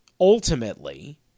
ultimately